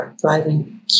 thriving